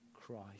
Christ